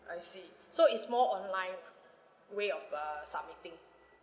I see so it's more online lah way of uh submitting